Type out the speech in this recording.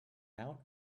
out